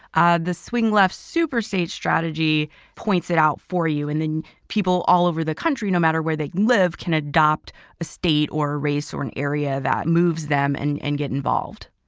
ah the swing left super strategy points it out for you. and then people all over the country, no matter where they live, can adopt a state or a race or an area that moves them and and get involved.